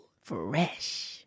Fresh